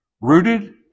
rooted